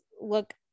look